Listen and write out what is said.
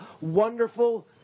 wonderful